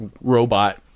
robot